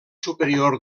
superior